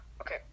Okay